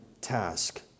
task